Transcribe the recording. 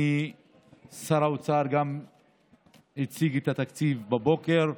שר האוצר גם הציג את התקציב בבוקר.